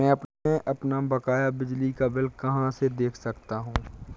मैं अपना बकाया बिजली का बिल कहाँ से देख सकता हूँ?